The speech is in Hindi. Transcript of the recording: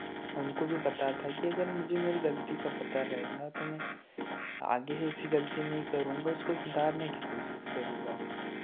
उनको ये पता था कि अगर मुझे मेरी गलती का पता रहेगा तो मैं आगे ऐसी गलती नहीं करूँगा उसको सुधारने की कोशिश करूँगा